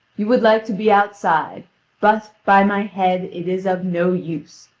you would like to be outside but, by my head, it is of no use.